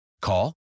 Call